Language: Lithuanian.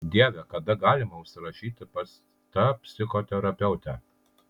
dieve kada galima užsirašyti pas tą psichoterapeutę